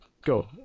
go